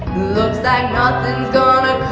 looks like nothing's gonna